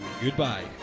goodbye